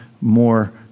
more